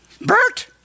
Bert